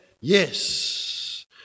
Yes